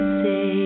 say